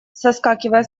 соскакивая